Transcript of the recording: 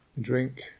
Drink